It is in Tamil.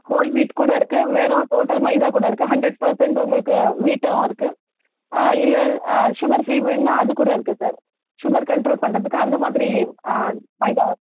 ஹோல்வீட் கூட இருக்கு வெறும் டோட்டல் மைதாக்கூட இருக்கு ஹன்ரட் பெர்சன்ட் உங்களுக்கு வீட்டாகவும் இருக்கு இல்லை சுகர் ஃப்ரீ வேணுன்னா அதுக்கூட இருக்கு சார் சுகர் கன்ட்ரோல் பண்ணுறதுக்கு அந்தமாதிரி மைதா வரும்